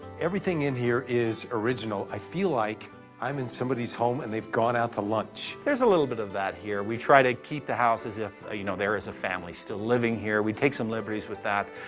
everything in here is original. i feel like i'm in somebody's home and they've gone out to lunch. there's a little bit of that here. we try to keep the house as if you know there is a family still living here. we take some liberties with that,